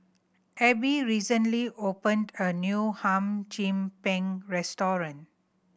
Abie recently opened a new Hum Chim Peng restaurant